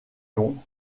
londres